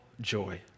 joy